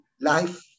Life